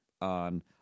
on